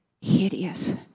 hideous